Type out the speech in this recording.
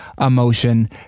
emotion